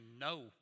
no